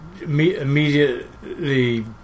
immediately